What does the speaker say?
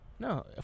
No